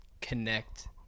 connect